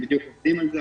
הם בדיוק עובדים על זה.